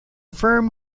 firm